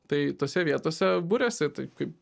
tai tose vietose buriasi taip kaip